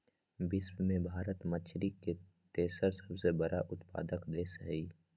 विश्व में भारत मछरी के तेसर सबसे बड़ उत्पादक देश हई